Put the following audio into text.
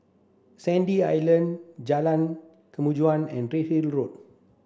Sandy Island Jalan Kemajuan and Redhill Road